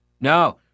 No